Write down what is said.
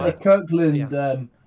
Kirkland